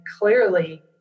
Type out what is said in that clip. clearly